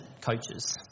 coaches